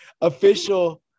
official